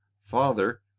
Father